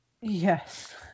Yes